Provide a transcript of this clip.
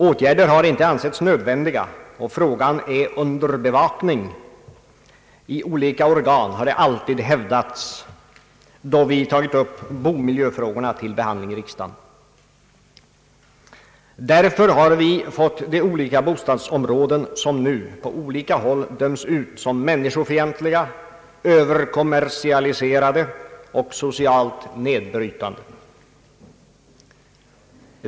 Åtgärder har inte ansetts nödvändiga, och »frågan är under bevakning i olika organ» har det alltid hävdats, då vi tagit upp boendemiljöfrågorna till behandling i riksdagen. Därför har vi fått de olika bostadsområden som nu på sina håll döms ut som människofientliga, överkommersialiserade och socialt nedbrytande.